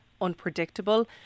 unpredictable